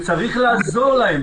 וצריך לעזור להם,